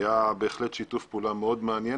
בהחלט היה שיתוף פעולה מאוד מעניין